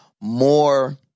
more